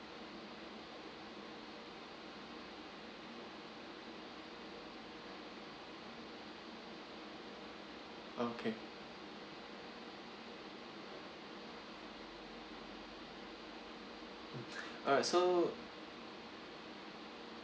okay alright so